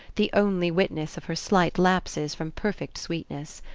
the only witness of her slight lapses from perfect sweetness.